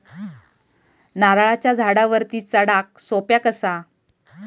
नारळाच्या झाडावरती चडाक सोप्या कसा?